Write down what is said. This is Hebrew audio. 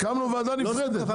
קמה ועדה נפרדת.